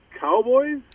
Cowboys